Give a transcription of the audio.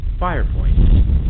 Firepoint